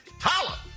Holla